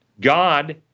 God